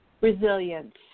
Resilience